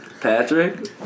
Patrick